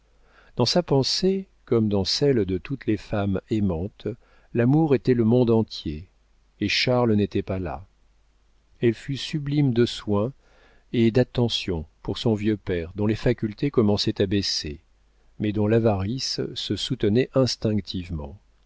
dans sa pensée comme dans celle de toutes les femmes aimantes l'amour était le monde entier et charles n'était pas là elle fut sublime de soins et d'attentions pour son vieux père dont les facultés commençaient à baisser mais dont l'avarice se soutenait instinctivement